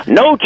no